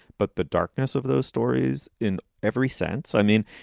but the darkness of those stories in every sense. i mean,